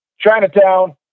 Chinatown